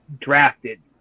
drafted